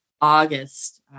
August